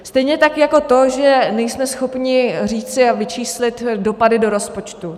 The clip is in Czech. Stejně tak jako to, že nejsme schopni říci a vyčíslit dopady do rozpočtu.